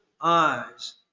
eyes